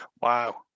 Wow